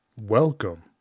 Welcome